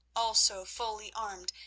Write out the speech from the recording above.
also fully armed,